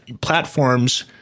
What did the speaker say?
platforms